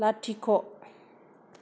लाथिख'